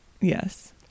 Yes